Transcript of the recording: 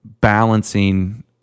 balancing